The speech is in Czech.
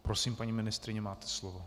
Prosím paní ministryně, máte slovo.